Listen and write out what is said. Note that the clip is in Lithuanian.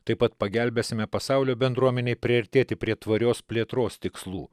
taip pat pagelbėsime pasaulio bendruomenei priartėti prie tvarios plėtros tikslų